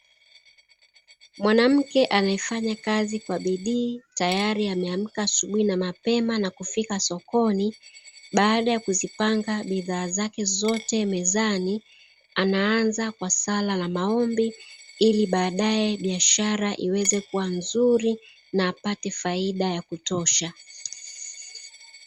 Mwanamke anayefanya kazi kwa bidii, tayari ameamka asubuhi na mapema na kufika sokoni. Baada ya kuzipanga bidhaa zake zote mezani, anaanza kwa sala na maombi ili baadaye biashara iweze kuwa nzuri na apate faida ya kutosha.